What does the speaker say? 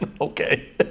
okay